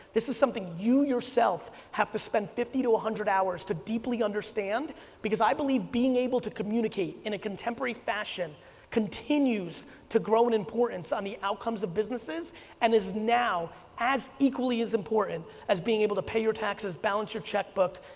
this is something you yourself have to spend fifty to one ah hundred hours to deeply understand because i believe being able to communicate in a contemporary fashion continues to grow in importance on the outcomes of businesses and is now as equally as important as being able to pay your taxes, balance your checkbook,